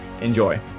Enjoy